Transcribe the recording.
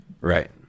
Right